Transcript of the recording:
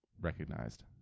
recognized